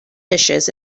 dishes